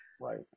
right